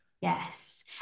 Yes